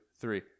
three